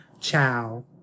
ciao